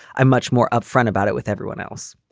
i'm much more upfront about it with everyone else.